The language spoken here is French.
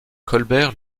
colbert